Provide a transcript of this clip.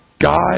God